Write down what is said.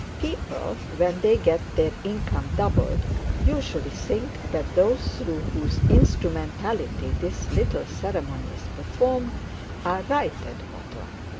people when they get their income doubled usually think that those through whose instrumentality this little ceremony is performed are right at bottom.